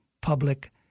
public